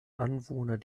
anwohner